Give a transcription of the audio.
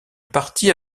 partie